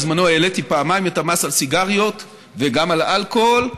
בזמנו העליתי פעמיים את המס על סיגריות וגם על אלכוהול.